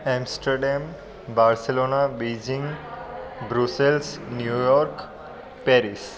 Amsterdam Barcelona Beijing Brussels New York Paris